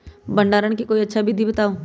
भंडारण के कोई अच्छा विधि बताउ?